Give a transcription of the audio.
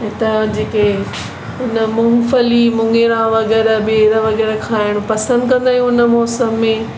हितां जा जेके हुन मूंगफली मुङेरा वग़ैराह बि बेर वग़ैराह खाइणु पसंदि कंदा आहियूं हुन मौसम में